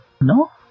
no